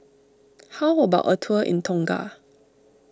how about a tour in Tonga